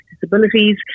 disabilities